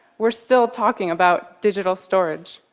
we're still talking about digital storage.